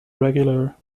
regular